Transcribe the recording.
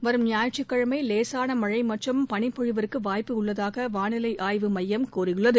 வரும் ஞாயிற்றுக்கிழமை லேசன மழை மற்றும் பளிப் பொழிவிற்கு வாய்ப்பு உள்ளதாக வாளிலை ஆய்வு ஸமயம் தெரிவித்துள்ளது